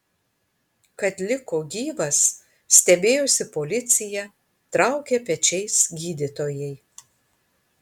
kad liko gyvas stebėjosi policija traukė pečiais gydytojai